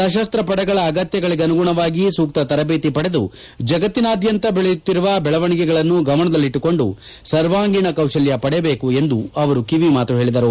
ಸರಸ್ತಪಡೆಗಳ ಅಗತ್ಯಗಳಿಗೆ ಅನುಗುಣವಾಗಿ ಸೂಕ್ತ ತರಬೇತಿ ಪಡೆದು ಜಗತ್ತಿನಾದ್ಕಂತ ನಡೆಯುತ್ತಿರುವ ಬೆಳವಣಿಗೆಗಳನ್ನು ಗಮನದಲ್ಲಿಟ್ಟುಕೊಂಡು ಸರ್ವಾಂಗೀಣ ಕೌಶಲ್ತ ಪಡೆಯಬೇಕು ಎಂದು ಅವರು ಕಿವಿಮಾತು ಪೇಳಿದರು